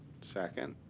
second.